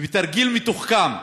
תרגיל מתוחכם,